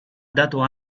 dato